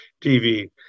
TV